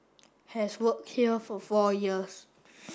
has worked here for four years